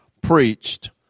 preached